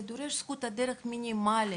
זה דורש זכות דרך מינימלית